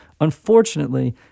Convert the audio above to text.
Unfortunately